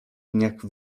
dniach